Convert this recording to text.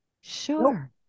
Sure